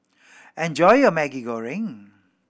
enjoy your Maggi Goreng